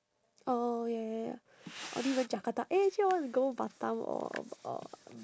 oh ya ya ya I only went jakarta eh actually I wanna go batam or or